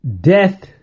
death